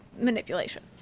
manipulation